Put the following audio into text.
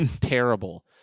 terrible